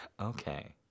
Okay